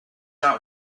out